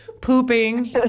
pooping